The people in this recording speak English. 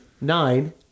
nine